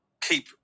keep